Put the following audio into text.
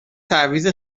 تعویض